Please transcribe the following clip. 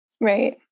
Right